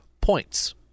points